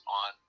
on